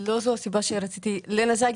לא זו הסיבה שרציתי להתייחס.